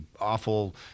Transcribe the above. awful